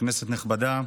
כנסת נכבדה,